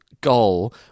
goal